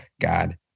God